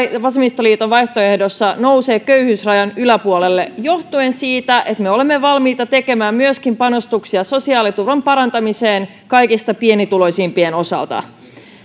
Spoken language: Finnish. vasemmistoliiton vaihtoehdossa nousevat köyhyysrajan yläpuolelle johtuen siitä että me olemme valmiita myöskin tekemään panostuksia sosiaaliturvan parantamiseen kaikista pienituloisimpien osalta